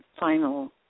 final